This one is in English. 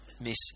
miss